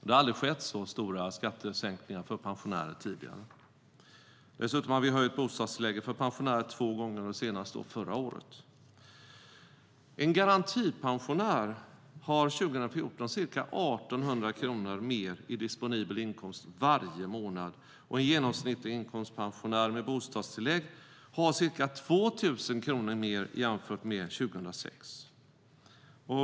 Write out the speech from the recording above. Det har aldrig tidigare gjorts så stora skattesänkningar för pensionärer. Dessutom har vi höjt bostadstillägget för pensionärer två gånger, senast förra året. En garantipensionär har 2014 ca 1 800 kronor mer i disponibel inkomst varje månad, och en genomsnittlig inkomstpensionär med bostadstillägg har ca 2 000 kronor mer jämfört med 2006.